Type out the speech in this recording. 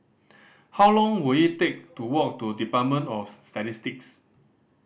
how long will it take to walk to Department of Statistics